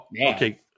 Okay